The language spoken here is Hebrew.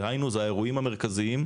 דהיינו זה האירועים המרכזיים,